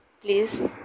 please